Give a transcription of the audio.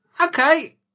okay